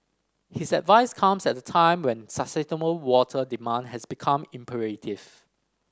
his advice comes at a time when sustainable water demand has become imperative